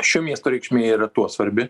šio miesto reikšmė yra tuo svarbi